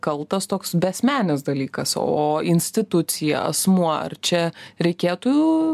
kaltas toks beasmenis dalykas o institucija asmuo ar čia reikėtų